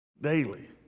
daily